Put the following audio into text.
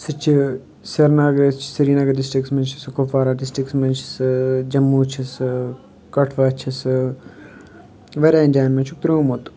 سُہ چھِ سریٖنگرٕچ سریٖنگر ڈِسٹرکَس منٛز چھُ سُہ کُپوارہ ڈِسٹرکَس منٛز چھُ سُہ جموں چھُ سُہ کَٹھوعہ چھُ سُہ واریاہَن جایَن منٛز چھُکھ ترٛوومُت